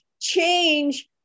change